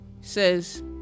says